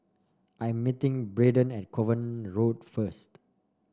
I am meeting Braedon at Kovan Road first